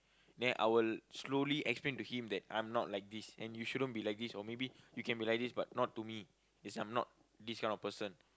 then I will slowly explain to him that I'm not like this and you shouldn't be like this or maybe you can be like this but not to me cause I'm not this kind of person